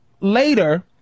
later